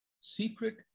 Secret